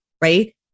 right